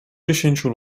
dziesięciu